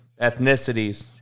ethnicities